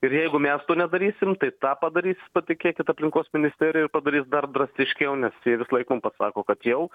ir jeigu mes to nedarysim tai tą padarys patikėkit aplinkos ministerija ir padarys dar drastiškiau nes jie visąlaik mum pasako kad jau